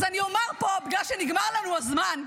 אז אני אומר פה, בגלל שנגמר לנו הזמן: